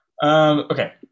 Okay